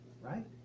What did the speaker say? right